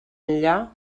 enllà